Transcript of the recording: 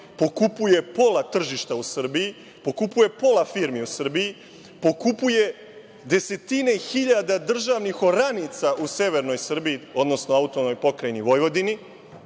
pokupuje pola tržišta u Srbiji, pokupuje pola firmi u Srbiji, pokupuje desetine hiljada državnih oranica u severnoj Srbiji, odnosno AP Vojvodini, srpskoj Vojvodini